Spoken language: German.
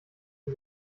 sie